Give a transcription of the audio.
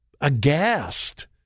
aghast